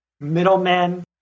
Middlemen